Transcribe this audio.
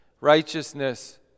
righteousness